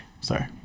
sorry